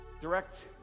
direct